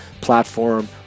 platform